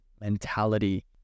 mentality